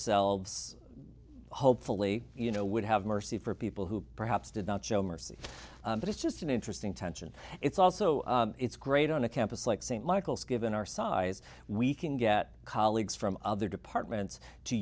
selves hopefully you know would have mercy for people who perhaps did not show mercy but it's just an interesting tension it's also it's great on a campus like st michael's given our size we can get colleagues from other departments to